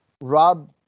Rob